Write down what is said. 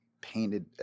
painted